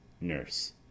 Nurse